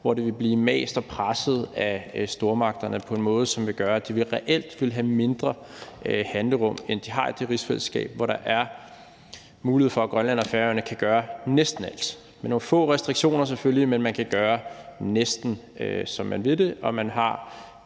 hvor de ville blive mast og presset af stormagterne på en måde, som ville gøre, at de reelt ville have mindre handlerum, end de har i det rigsfællesskab, hvor der er mulighed for, at Grønland og Færøerne kan gøre næsten alt. Der er nogle få restriktioner selvfølgelig, men man kan gøre, næsten som man vil. Og i Danmark har